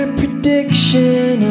prediction